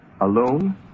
alone